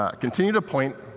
ah continue to point,